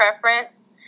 preference